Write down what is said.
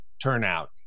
turnout